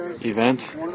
Event